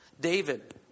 David